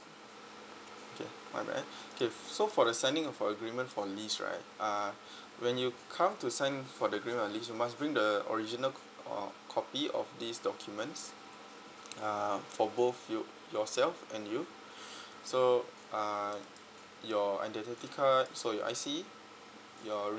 okay my bad okay so for the signing of agreement for lease right uh when you come to sign for the agreement of lease you must bring the original uh copy of these documents uh for both you yourself and you so uh your identity card so your I_C your